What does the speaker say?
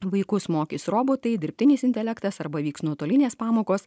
vaikus mokys robotai dirbtinis intelektas arba vyks nuotolinės pamokos